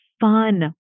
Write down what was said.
fun